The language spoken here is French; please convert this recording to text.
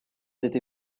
été